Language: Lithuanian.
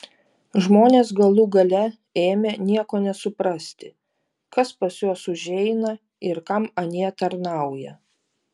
žmonės galų gale ėmė nieko nesuprasti kas pas juos užeina ir kam anie tarnauja